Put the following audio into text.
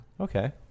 okay